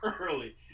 early